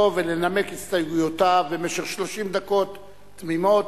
ולנמק את הסתייגויותיו במשך 30 דקות תמימות.